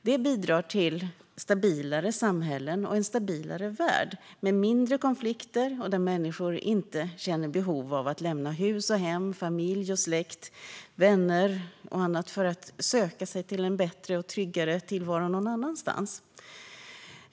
Det bidrar till stabilare samhällen och en stabilare värld med mindre konflikter, där människor inte känner behov av att lämna hus och hem, familj, släkt, vänner och annat för att söka sig en bättre och tryggare tillvaro någon annanstans.